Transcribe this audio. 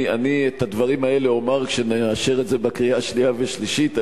אני את הדברים האלה אומַר כשנאשר את זה בקריאה שנייה ושלישית.